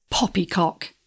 Poppycock